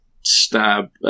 stab